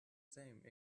same